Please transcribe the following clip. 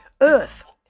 Earth